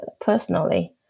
personally